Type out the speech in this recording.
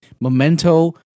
Memento